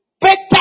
better